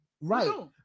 Right